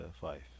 five